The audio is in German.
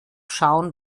schauen